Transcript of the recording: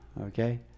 okay